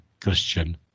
christian